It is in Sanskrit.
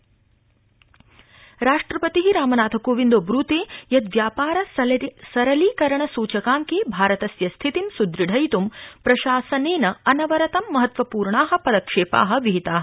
राष्ट्रपति राष्ट्रपति रामनाथकोविन्दो ब्रूते यत् व्यापार सरलीकरण सूचकांके भारतस्य स्थितिं सुदृढयितुं प्रशासनेन अनवरतं महत्वपूर्णा पदक्षेपाविहिता